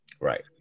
Right